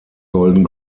golden